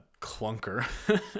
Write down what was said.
clunker